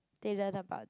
they learn about